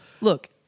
look